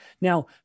Now